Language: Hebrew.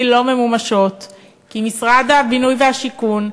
לא ממומשות כי משרד הבינוי והשיכון,